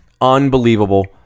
unbelievable